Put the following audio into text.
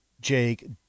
Jake